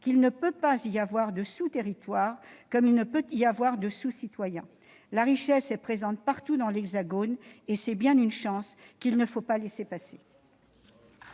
qu'il ne peut y avoir de sous-territoire comme il ne peut y avoir de sous-citoyen. La richesse est présente partout dans l'Hexagone, c'est une chance qu'il ne faut pas laisser passer.